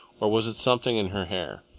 or was it something in her hair?